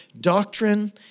Doctrine